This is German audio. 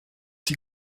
die